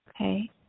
Okay